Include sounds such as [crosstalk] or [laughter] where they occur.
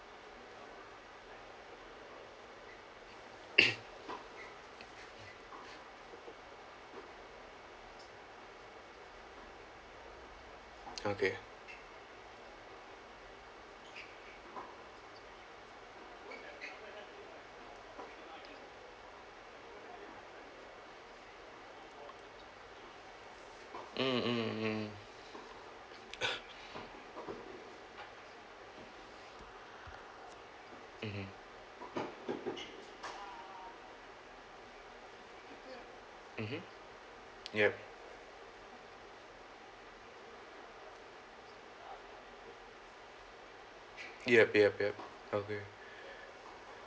[coughs] okay mm mm mm mmhmm mmhmm yup yup yup yup okay